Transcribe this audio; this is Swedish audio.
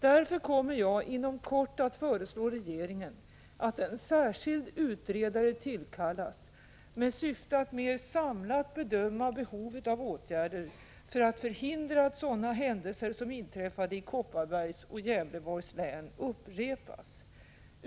Därför kommer jag inom kort att föreslå regeringen att en särskild utredare tillkallas, med syfte att mer samlat bedöma behovet av åtgärder för att förhindra att sådana händelser som inträffade i Kopparbergs och Gävleborgs län upprepas.